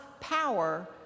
power